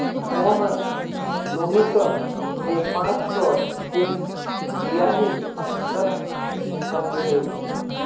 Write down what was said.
मोहन सुमीतोक जे पांच सौर चेक दियाहिल रद्द हंग गहील